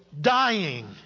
dying